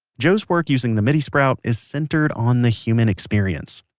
joe's work using the midi sprout is centered on the human experience.